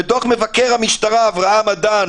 ודוח מבקר המשטרה אברהם אדן